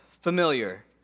familiar